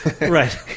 Right